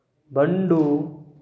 Bandu